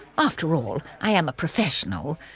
after all, i am a professional.